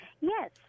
Yes